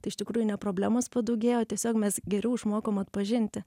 tai iš tikrųjų ne problemos padaugėjo o tiesiog mes geriau išmokom atpažinti